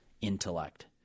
intellect